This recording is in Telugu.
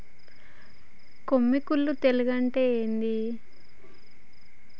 కొమ్మి కుల్లు తెగులు అంటే ఏంది?